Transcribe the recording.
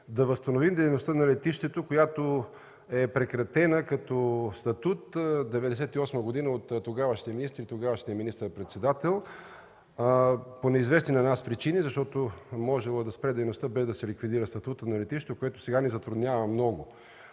да възстановим дейността на летището, прекратена като статут през 1998 г. от тогавашния министър и тогавашния министър-председател по неизвестни на нас причини. Можело е да се спре дейността без да се ликвидира статутът на летището, което сега ни затруднява много.